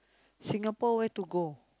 Singapore where to go